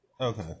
Okay